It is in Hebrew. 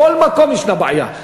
בכל מקום ישנה בעיה.